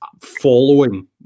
following